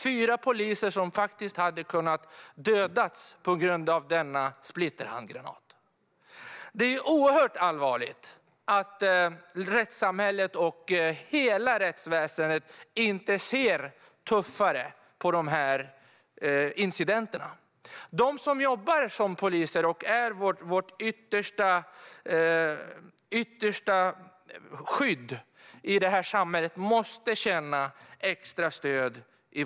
De fyra poliserna hade faktiskt kunnat dödas av denna splitterhandgranat. Det är oerhört allvarligt att hela rättsväsendet inte ser tuffare på dessa incidenter. De som jobbar som poliser och är vårt yttersta skydd i det här samhället måste känna extra stöd.